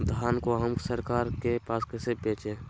धान को हम सरकार के पास कैसे बेंचे?